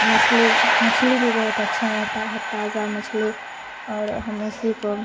مچھلی مچھلی بھی بہت اچھا رہتا ہے تازہ مچھلی اور ہم اسی کو